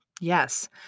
Yes